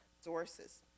sources